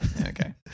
okay